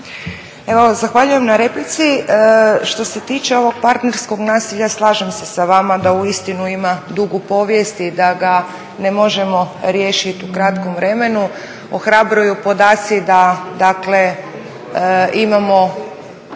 Zahvaljujem na replici. Što se tiče ovog partnerskog nasilja slažem se sa vama da uistinu ima dugu povijest i da ga ne možemo riješit u kratkom vremenu. Ohrabruju podaci da dakle